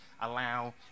allow